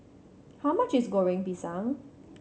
how much is Goreng Pisang